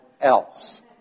else